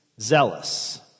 zealous